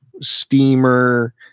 steamer